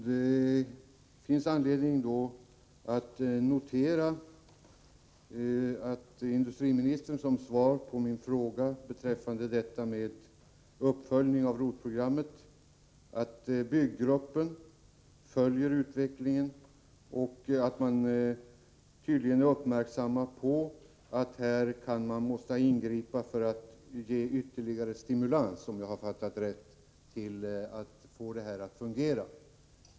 Fru talman! Det finns anledning att notera att industriministern som svar på min fråga beträffande uppföljning av ROT-programmet har sagt att byggruppen följer utvecklingen och att man tydligen är uppmärksam på att här kan man vara tvungen att ingripa för att ge ytterligare stimulans, om jag har fattat rätt.